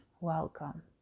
welcome